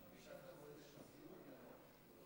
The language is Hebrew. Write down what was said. של קבוצת סיעת המחנה הציוני לסעיף 1 לא נתקבלה.